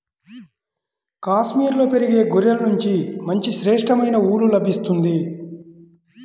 కాశ్మీరులో పెరిగే గొర్రెల నుంచి మంచి శ్రేష్టమైన ఊలు లభిస్తుంది